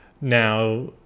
now